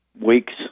weeks